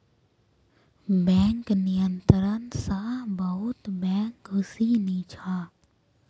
bank नियंत्रण स बहुत बैंक खुश नी छ